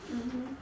mmhmm